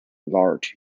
large